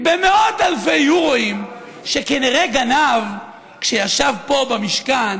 במאות אירו שכנראה גנב כשישב פה במשכן,